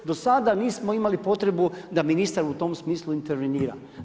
Do sada nismo imali potrebu da ministar u tom smislu intervenira.